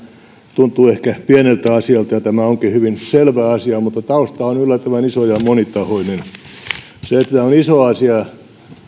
tuntuu ehkä pieneltä asialta tämä onkin hyvin selvä asia mutta tausta on yllättävän iso ja monitahoinen se että tämä on iso asia